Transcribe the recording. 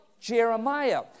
Jeremiah